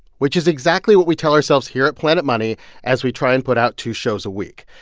which is exactly what we tell ourselves here at planet money as we try and put out two shows a week.